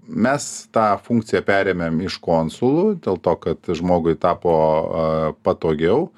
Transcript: mes tą funkciją perėmėm iš konsulų dėl to kad žmogui tapo aa patogiau